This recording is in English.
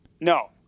No